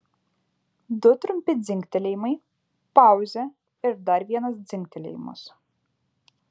du trumpi dzingtelėjimai pauzė ir dar vienas dzingtelėjimas